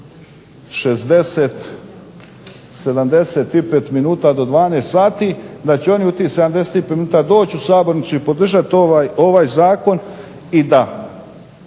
da će oni u tih 75 minuta doći u sabornicu i podržati ovaj Zakon i da